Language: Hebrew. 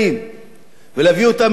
ולהביא אותם לפשיטת רגל,